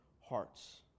hearts